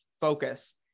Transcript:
focus